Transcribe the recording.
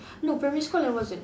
no primary school I wasn't